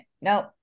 Nope